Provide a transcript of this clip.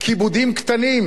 כיבודים קטנים,